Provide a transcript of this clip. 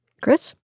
Chris